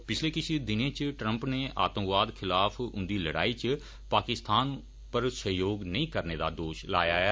पिच्छले किश दिनें इच ट्रम्प नै आतंकवाद खिलाफ उन्दी लड़ाई इच पाकिस्तान पर सहयोग नेई करने दा दोष लाया ऐ